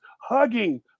hugging